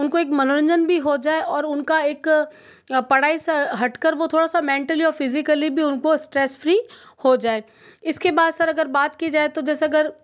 उनको एक मनोरंजन भी हो जाए और उनका एक पढ़ाई से हटकर वह थोड़ा सा मेंटली और फिज़िकली भी उनको स्ट्रेस फ़्री हो जाए इसके बाद सर अगर बात की जाए तो जैसे अगर